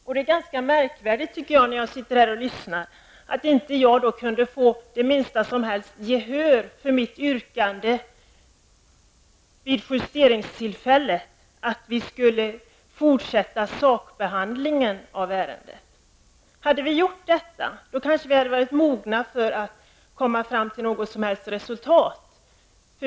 När jag lyssnat på debatten finner jag det ganska märkvärdigt att jag inte kunde få det minsta gehör för mitt yrkande vid justeringstillfället, att vi skulle fortsätta behandlingen av ärendet. Hade vi gjort detta, då kanske vi senare hade varit mogna för att komma fram till något slags resultat.